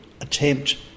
attempt